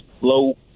low